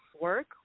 work